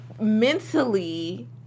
mentally